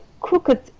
crooked